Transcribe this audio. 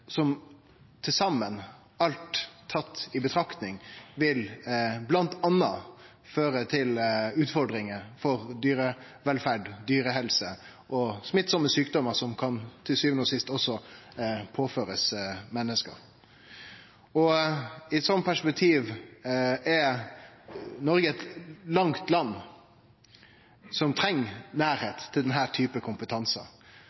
som – alt tatt i betraktning – bl.a. vil føre til utfordringar for dyrevelferd, dyrehelse og smittsame sjukdomar som til sjuande og sist også kan ramme menneske. I eit sånt perspektiv er Noreg eit langt land som treng